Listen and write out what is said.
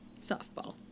Softball